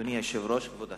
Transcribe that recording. אדוני היושב-ראש, כבוד השר,